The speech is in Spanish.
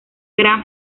gran